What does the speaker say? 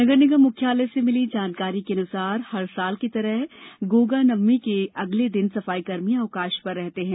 नगर निगम मुख्यालय से मिली जानकारी के अनुसार प्रतिवर्ष की तरह गोगा नवमी के अगले दिन सफाईकर्मि अवकाश पर रहते हैं